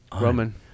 Roman